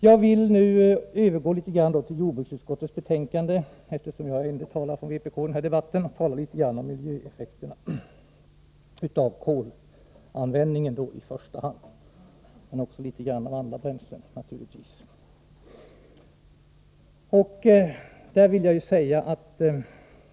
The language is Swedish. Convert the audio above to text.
Jag vill sedan övergå till jordbruksutskottets betänkande, eftersom jag ändå talar för vpk i den här debatten, och säga något om miljöeffekterna, i första hand av kolanvändningen men naturligtvis också av andra bränslen.